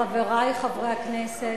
חברי חברי הכנסת,